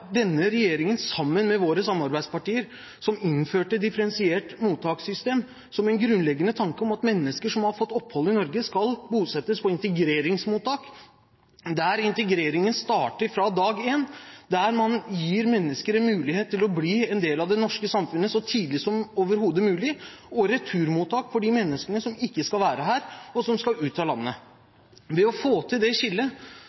denne regjeringen, sammen med dens samarbeidspartier, som innførte differensiert mottakssystem som en grunnleggende tanke om at mennesker som har fått opphold i Norge, skal bosettes på integreringsmottak, der integreringen starter fra dag én, der man gir mennesker en mulighet til å bli en del av det norske samfunnet så tidlig som overhodet mulig. Så har man returmottak for de menneskene som ikke skal være her, og som skal ut av landet. Ved å få til det skillet